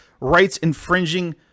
rights-infringing